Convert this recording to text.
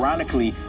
ironically,